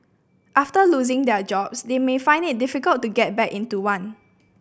after losing their jobs they may find it difficult to get back into one